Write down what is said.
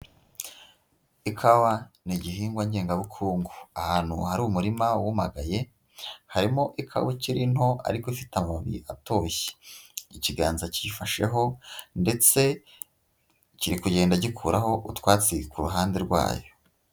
Ikawa ni igihingwa ngengabukungu. Ahantu hari umurima wuyumagaye, harimo ikawa ikiri nto ariko ufite amabi atoshye. Ikiganza cyiyifasheho ndetse kiri kugenda gikuraho utwatsi ku ruhande rwayo.